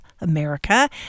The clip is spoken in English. America